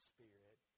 Spirit